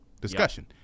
discussion